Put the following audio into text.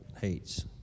hates